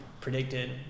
predicted